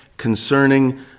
concerning